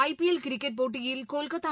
IPL cricket போட்டியில் கொல்கத்தா